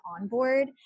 onboard